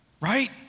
Right